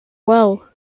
well